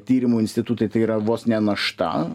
tyrimų institutai tai yra vos ne našta